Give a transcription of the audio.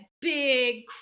big